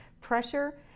pressure